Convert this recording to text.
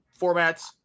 formats